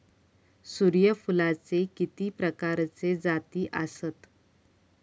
सूर्यफूलाचे किती प्रकारचे जाती आसत?